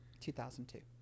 2002